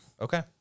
Okay